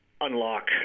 unlock